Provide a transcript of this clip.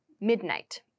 midnight